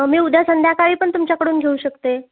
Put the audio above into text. मी उद्या संध्याकाळी पण तुमच्याकडून घेऊ शकते